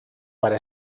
para